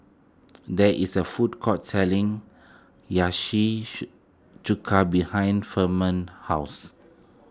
there is a food court selling Chuka behind Firman's house